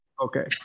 Okay